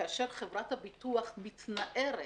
כאשר חברת הביטוח מתנערת